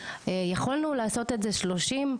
יכולנו לעשות את זה 30,